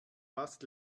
fast